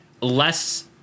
less